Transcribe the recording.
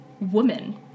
woman